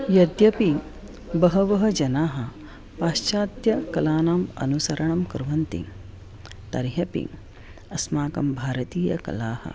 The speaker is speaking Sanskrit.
यद्यपि बहवः जनाः पाश्चात्यकलानाम् अनुसरणं कुर्वन्ति तर्हि अपि अस्माकं भारतीयकलाः